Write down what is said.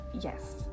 Yes